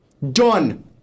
Done